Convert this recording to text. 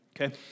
Okay